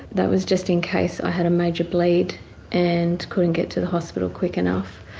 that was just in case i had a major bleed and couldn't get to the hospital quick enough.